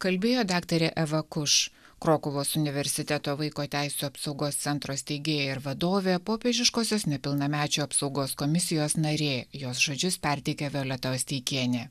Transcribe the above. kalbėjo daktarė eva kuš krokuvos universiteto vaiko teisių apsaugos centro steigėja ir vadovė popiežiškosios nepilnamečių apsaugos komisijos narė jos žodžius perteikė violeta osteikienė